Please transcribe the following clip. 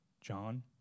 John